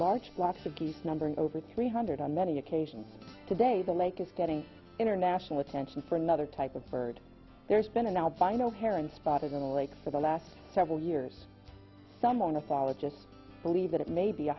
number over three hundred on many occasions today the lake is getting international attention for another type of bird there's been an albino heron spotted in a lake for the last several years some on a fall or just believe that it may be a